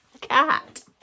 cat